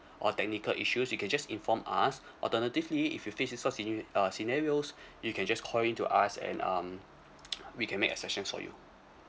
or technical issues you can just inform us alternatively if you face with such s~ uh scenario you can just call in to ask and um we can make exception for you